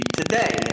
today